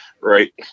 Right